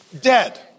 dead